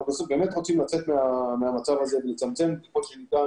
אנחנו בסוף באמת רוצים לצאת מהמצב הזה ולצמצם ככל שניתן